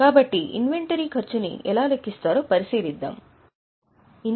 కాబట్టి ఇన్వెంటరీ ఖర్చుని ఎలా లెక్కిస్తారో పరిశీలిద్దాము